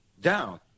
down